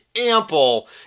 ample